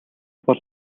бол